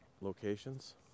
locations